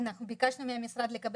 חלקם דוברי השפה הערבית.